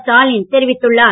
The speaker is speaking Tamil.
ஸ்டாலின் தெரிவித்துள்ளார்